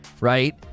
Right